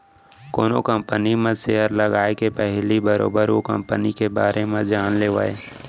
कोनो कंपनी म सेयर लगाए के पहिली बरोबर ओ कंपनी के बारे म जान लेवय